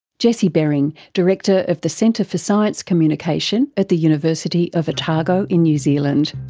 jesse bering, director of the centre for science communication at the university of otago in new zealand.